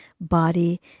body